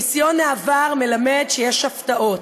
ניסיון העבר מלמד שיש הפתעות,